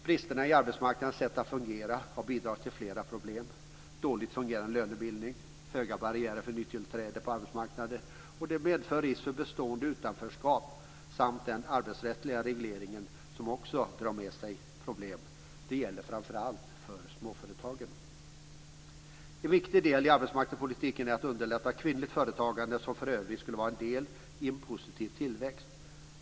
Bristerna i arbetsmarknadens sätt att fungera har bidragit till flera problem: dåligt fungerande lönebildning, höga barriärer för nytillträde på arbetsmarknaden, vilket medför risk för bestående utanförskap, och den arbetsrättsliga regleringen, som också drar med sig problem. Det gäller framför allt för småföretagen. En viktig del i arbetsmarknadspolitiken är att underlätta kvinnligt företagande, som för övrigt skulle vara en del i en positiv tillväxt.